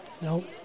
Nope